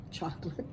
Chocolate